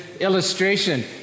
illustration